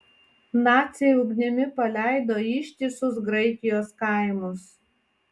naciai ugnimi paleido ištisus graikijos kaimus